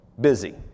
busy